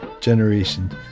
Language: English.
generation